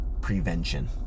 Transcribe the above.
prevention